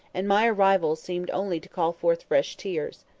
and my arrival seemed only to call forth fresh tears.